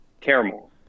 caramel